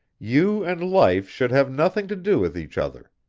you and life should have nothing to do with each other.